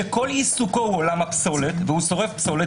שכול עיסוקו הוא עולם הפסולת והוא שורף פסולת,